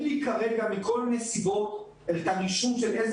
מכל מיני סיבות אין לי כרגע רישום איזה